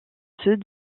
ceux